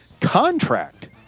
contract